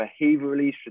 behaviorally